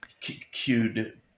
cued